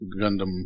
Gundam